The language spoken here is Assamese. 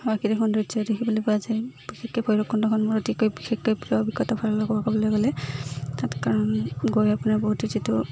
প্ৰাকৃতিক সৌন্দৰ্য দেখিবলৈ পোৱা যায় বিশেষকৈ ভৈৰৱকুণ্ডখন মোৰ অতিকৈ বিশেষকৈ প্ৰিয় অভিজ্ঞতা ফালৰ পৰা ক'বলৈ গ'লে তাত কাৰণ গৈ আপোনাৰ বহুতে যিটো